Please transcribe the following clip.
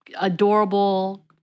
adorable